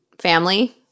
family